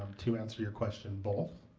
to answer your question both.